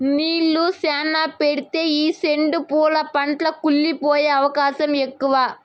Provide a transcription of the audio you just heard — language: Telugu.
నీళ్ళు శ్యానా పెడితే ఈ సెండు పూల పంట కుళ్లి పోయే అవకాశం ఎక్కువ